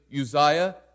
Uzziah